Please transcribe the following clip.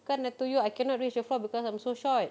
kan I told you I cannot reach the floor because I'm so short